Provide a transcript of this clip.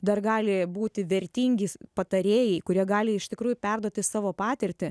dar gali būti vertingi patarėjai kurie gali iš tikrųjų perduoti savo patirtį